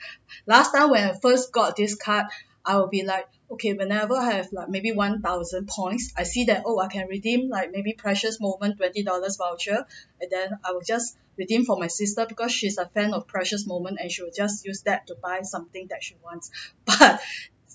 last time when I first got this card I will be like okay whenever have like maybe one thousand points I see that oh I can redeem like maybe precious moment twenty dollars voucher and then I will just redeem for my sister because she's a fan of precious moment and she will just use that to buy something that she wants but